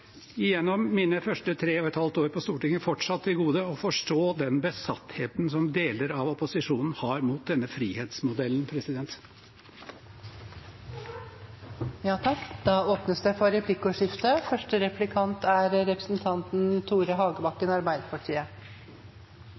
mine første tre og et halvt år på Stortinget fortsatt til gode å forstå den besattheten som deler av opposisjonen har mot denne frihetsmodellen. Det blir replikkordskifte. Jeg var saksordfører for